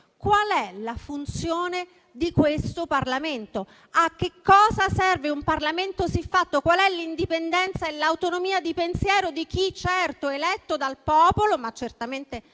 Qual è la funzione di questo Parlamento? A cosa serve un Parlamento siffatto? Qual è l'indipendenza e l'autonomia di pensiero di chi, certamente eletto dal popolo, ma sicuramente non con